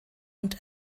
und